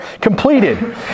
completed